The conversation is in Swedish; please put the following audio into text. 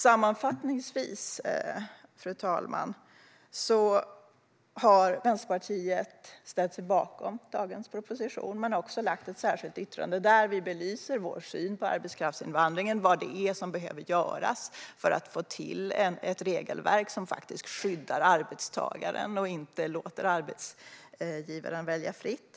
Sammanfattningsvis, fru talman, har Vänsterpartiet ställt sig bakom dagens proposition men också lagt in ett särskilt yttrande där vi belyser vår syn på arbetskraftsinvandringen och vad som behöver göras för att få till ett regelverk som faktiskt skyddar arbetstagaren och inte låter arbetsgivaren välja fritt.